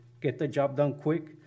get-the-job-done-quick